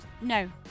No